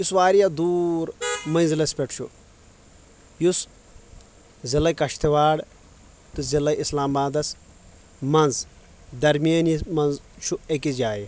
یُس واریاہ دوٗر منزۍلس پٮ۪ٹھ چھُ یُس ضلعٕے کشتواڑ تہٕ ضلعٕے اسلام بادس منٛز درمیٲنی منٛز چھُ أکِس جایہِ